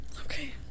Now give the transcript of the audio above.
Okay